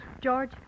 George